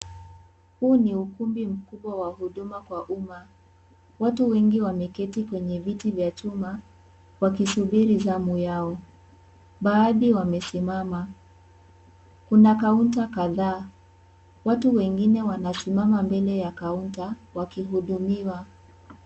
Huu ni ukumbi mkubwa wa huduma kwa umma. Watu wengi wameketi kwenye viti vya chuma wakisubiri zamu yao. Baadhi wamesimama. Kuna kaunta kadhaa. Watu wengine wanasimama mbele ya kaunta wakihudumiwa.